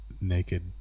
Naked